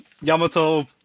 yamato